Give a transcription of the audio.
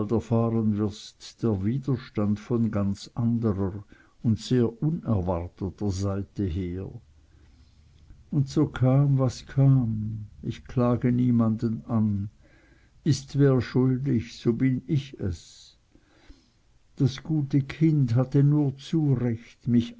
erfahren wirst der widerstand von ganz anderer und sehr unerwarteter seite her und so kam was kam ich klage niemanden an ist wer schuldig so bin ich es das gute kind hatte nur zu recht mich